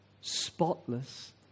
spotless